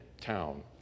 town